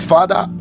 Father